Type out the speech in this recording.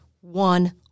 one